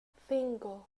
cinco